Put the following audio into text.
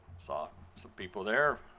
saw some people there.